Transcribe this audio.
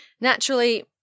naturally